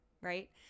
right